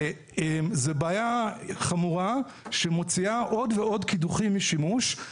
זה בעיה חמורה שמוציאה עוד ועוד קידוחים משימוש.